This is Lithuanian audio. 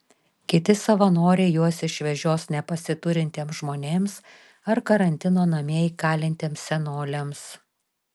kiti savanoriai juos išvežios nepasiturintiems žmonėms ar karantino namie įkalintiems senoliams